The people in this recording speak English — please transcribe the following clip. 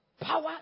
power